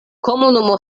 komunumo